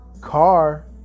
car